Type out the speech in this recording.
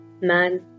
man